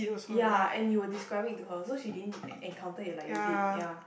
ya and you were describing it to her so she didn't encounter it like you did ya